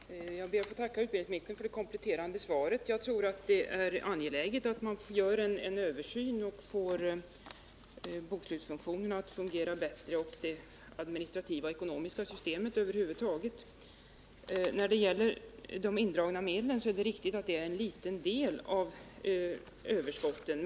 Herr talman! Jag ber att få tacka utbildningsministern för det kompletterande svaret. Jag tror det är angeläget att man gör en översyn och får bokslutsfunktionerna att löpa. bättre liksom det administrativa och ekonomiska systemet över huvud taget. När det gäller de indragna medlen är det riktigt att de bara är en liten del av överskotten.